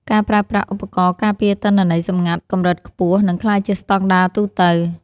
ការប្រើប្រាស់ឧបករណ៍ការពារទិន្នន័យសម្ងាត់កម្រិតខ្ពស់ នឹងក្លាយជាស្ដង់ដារទូទៅ។